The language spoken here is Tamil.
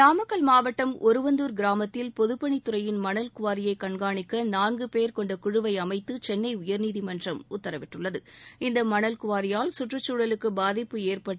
நாமக்கல் மாவட்டம் ஒருவந்தூர் கிராமத்தில் பொதுப்பணித் துறையின் மணல் குவாரியை கண்காணிக்க நான்கு பேர் கொண்ட குழுவை அமைத்து சென்னை உயர்நீதிமன்றம் உத்தரவிட்டுள்ளது இந்த மணல் குவாரியால் குற்றுச் சூழலுக்கு பாதிப்பு ஏற்பட்டு